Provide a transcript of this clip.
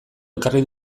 ekarri